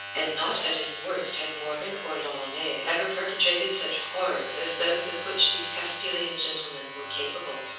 and not at his worst had morgan or l'ollonais ever perpetrated such horrors as those of which these castilian gentlemen were capable.